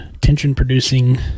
tension-producing